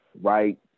right